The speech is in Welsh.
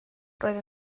roedd